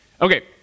Okay